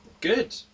good